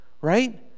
right